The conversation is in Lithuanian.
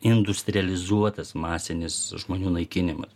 industrializuotas masinis žmonių naikinimas